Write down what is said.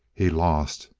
he lost,